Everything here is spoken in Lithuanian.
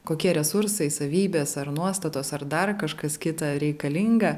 kokie resursai savybės ar nuostatos ar dar kažkas kita reikalinga